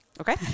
Okay